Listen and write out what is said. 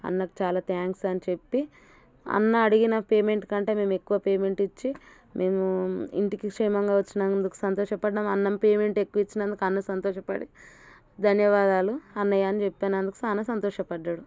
అన్నకు చాలా థ్యాంక్స్ అని చెప్పి అన్న అడిగిన పేమెంట్ కంటే మేము ఎక్కువ పేమెంట్ ఇచ్చి మేము ఇంటికి క్షేమంగా వచ్చినందుకు సంతోషపడ్డాము అన్న పేమెంట్ ఎక్కువ ఇచ్చినందుకు అన్న సంతోషపడి ధన్యవాదాలు అన్నయ్య అని చెప్పినందుకు చాలా సంతోషపడ్డాడు